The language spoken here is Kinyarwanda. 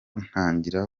ntangira